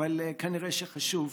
אבל כנראה חשוב: